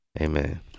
Amen